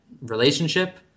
relationship